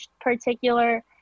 particular